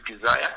desire